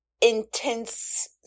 intense